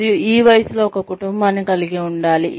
మరియు ఈ వయస్సులో ఒక కుటుంబాన్ని కలిగి ఉండండి